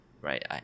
right